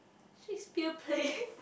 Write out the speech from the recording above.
Shakespeare play